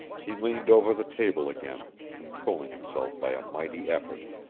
he leaned over the table again, controlling himself by a mighty effort.